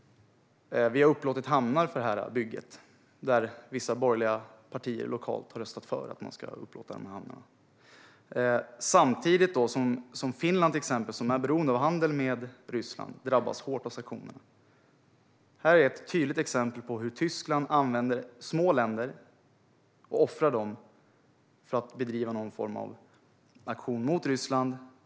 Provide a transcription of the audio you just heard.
Vi har upplåtit hamnar för det bygget, där vissa borgerliga partier lokalt att röstat för att upplåta hamnarna. Samtidigt drabbas till exempel Finland, som är beroende av handel med Ryssland, hårt av sanktionerna. Det är ett tydligt exempel på hur Tyskland använder små länder och offrar dem för att bedriva någon form av aktion mot Ryssland.